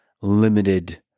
limited